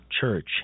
church